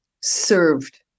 served